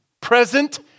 Present